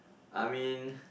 I mean